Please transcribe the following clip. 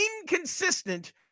inconsistent